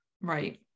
right